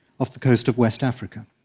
off the coast of west africa.